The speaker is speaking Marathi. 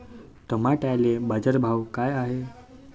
टमाट्याले बाजारभाव काय हाय?